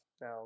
now